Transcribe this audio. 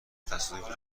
تصادفی